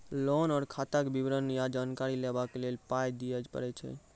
Loan आर खाताक विवरण या जानकारी लेबाक लेल पाय दिये पड़ै छै?